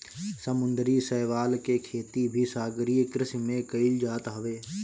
समुंदरी शैवाल के खेती भी सागरीय कृषि में कईल जात हवे